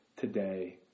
Today